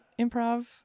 Improv